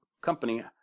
Company